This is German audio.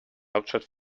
hauptstadt